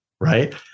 right